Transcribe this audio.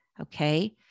Okay